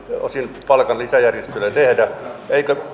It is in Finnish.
osin palkan lisäjärjestelyjä tehdä eikö